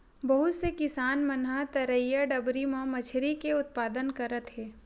बहुत से किसान मन ह तरईया, डबरी म मछरी के उत्पादन करत हे